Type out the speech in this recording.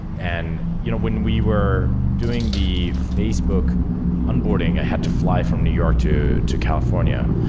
and you know when we were doing the facebook onboarding, i have to fly from new york to to california.